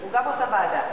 הוא גם רצה ועדה.